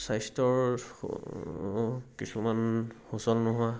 স্বাস্থ্যৰ কিছুমান সুচল নোহোৱা